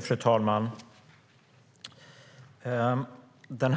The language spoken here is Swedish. Fru talman! Den